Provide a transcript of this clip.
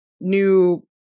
new